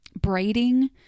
braiding